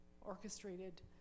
orchestrated